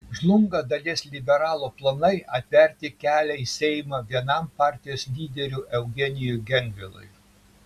žlunga dalies liberalų planai atverti kelią į seimą vienam partijos lyderių eugenijui gentvilui